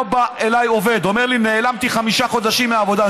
היה בא אליי עובד ואומר לי: נעלמתי חמישה חודשים מהעבודה.